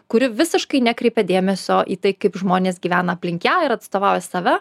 kuri visiškai nekreipia dėmesio į tai kaip žmonės gyvena aplink ją ir atstovauja save